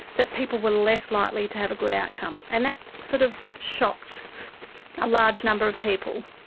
that people were less likely to have a good outcome. and that sort of shocked a large number of people.